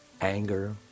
Anger